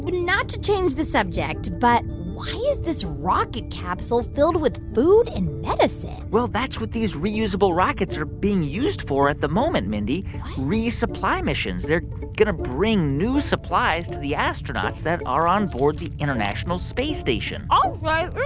not to change the subject, but why is this rocket capsule filled with food and medicine? well, that's what these reusable rockets are being used for at the moment, mindy resupply missions. they're going to bring new supplies to the astronauts that are onboard the international space station i'll say. there